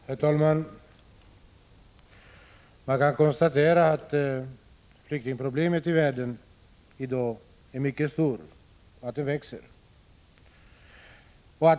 Herr talman! Man kan konstatera att flyktingproblemet i världen i dag är mycket stort och växer.